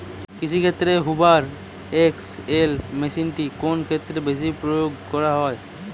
কৃষিক্ষেত্রে Hoover XL মেশিনটি কোন ক্ষেত্রে বেশি প্রয়োগ করা হয়?